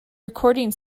recording